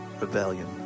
rebellion